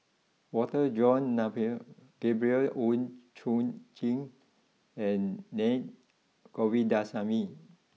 Walter John Napier Gabriel Oon Chong Jin and Na Govindasamy